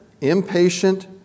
impatient